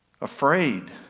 afraid